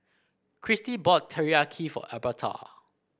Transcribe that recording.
Christy bought Teriyaki for Albertha